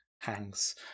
Hangs